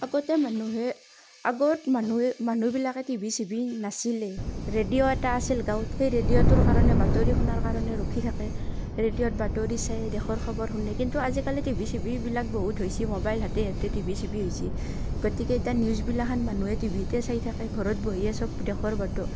আগতে মানুহে আগত মানুহে মানুহবিলাকে টিভি চিভি নাছিলেই ৰেডিঅ' এটা আছিল গাঁৱত সেই ৰেডিঅ'টোৰ কাৰণে বাতৰি শুনাৰ কাৰণে ৰখি থাকে ৰেডিঅ'ত বাতৰি চাই দেশৰ খবৰ শুনে কিন্তু আজিকালি টিভি চিভি বিলাক বহুত হৈছে ম'বাইল হাতে হাতে টিভি চিভি হৈছে গতিকে এতিয়া নিউজগিলাখান মানুহে টিভিতে চাই থাকে ঘৰত বহিয়েই চব দেশৰ বত